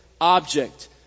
object